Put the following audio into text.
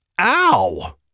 Ow